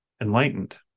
enlightened